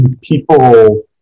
people